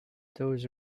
those